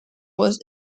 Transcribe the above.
was